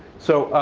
so